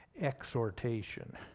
exhortation